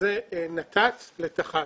שזה נת"צ לתח"צ.